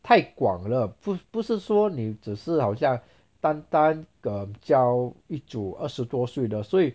太广了不不是说你只是好像单单 um 教一组二十多岁的所以